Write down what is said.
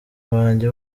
banjye